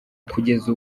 kugeza